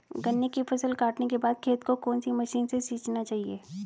गन्ने की फसल काटने के बाद खेत को कौन सी मशीन से सींचना चाहिये?